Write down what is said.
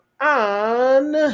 on